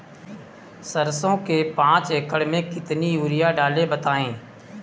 सरसो के पाँच एकड़ में कितनी यूरिया डालें बताएं?